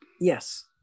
yes